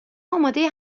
آماده